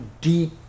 deep